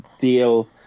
deal